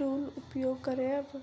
Tool उपयोग करबै?